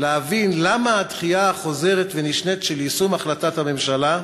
להבין למה הדחייה החוזרת ונשנית של יישום החלטת הממשלה.